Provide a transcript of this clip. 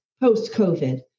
post-COVID